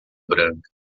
branca